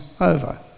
over